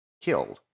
killed